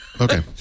Okay